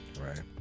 right